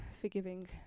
forgiving